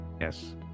Yes